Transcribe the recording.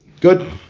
Good